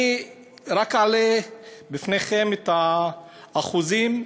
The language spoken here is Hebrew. אני רק אעלה לפניכם את האחוזים,